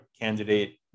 candidate